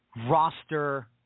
roster